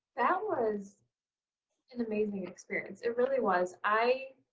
that was an amazing experience it really was. i,